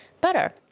better